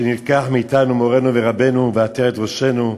שנלקח מאתנו מורנו ורבנו ועטרת ראשנו,